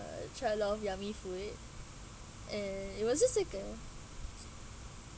uh try a lot of yummy food and it was just like a